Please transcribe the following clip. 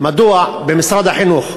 מדוע במשרד החינוך,